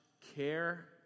care